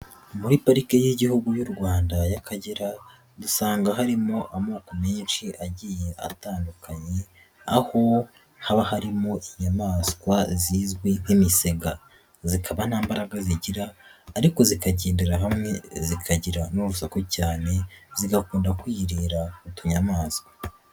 Muri parike y'igihugu y'u Rwanda y'Akagera dusanga harimo amoko menshi agiye atandukanye, aho haba harimo inyamaswa zizwi nk'imisega zikaba nta mbaraga zigira ariko zikagendera hamwe zikagira n'urusaku cyane zigakunda kwiyirira utunyamaswa.